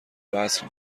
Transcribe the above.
وصل